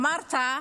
אמרת: